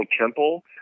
temple